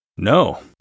No